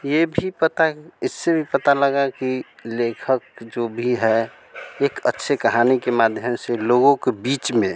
यह भी पता इससे भी पता लगा कि लेखक जो भी हैं एक अच्छी कहानी के माध्यम से लोगों के बीच में